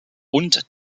und